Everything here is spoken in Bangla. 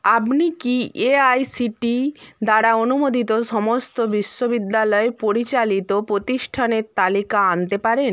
আপনি কি এআইসিটি দ্বারা অনুমোদিত সমস্ত বিশ্ববিদ্যালয় পরিচালিত প্রতিষ্ঠানের তালিকা আনতে পারেন